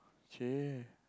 okay